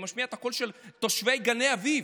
אני משמיע את הקול של תושבי גני אביב.